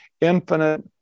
infinite